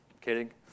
Kidding